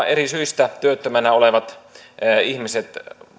eri syistä työttömänä olevat ihmiset